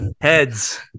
heads